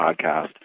podcast